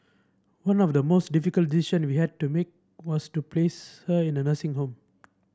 one of the most difficult decision we had to make was to place her in a nursing home